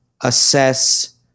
assess